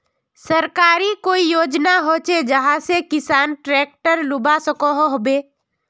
सरकारी कोई योजना होचे जहा से किसान ट्रैक्टर लुबा सकोहो होबे?